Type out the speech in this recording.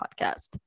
podcast